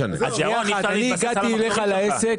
הגעתי אליך לעסק